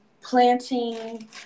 planting